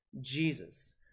Jesus